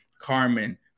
Carmen